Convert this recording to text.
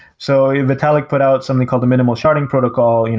so vitalik put out something called a minimal sharding protocol, you know